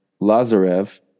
Lazarev